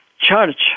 church